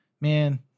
man